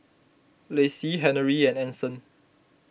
Laci Henery and Anson